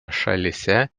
šalyse